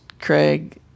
Craig